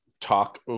talk